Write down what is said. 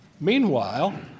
Meanwhile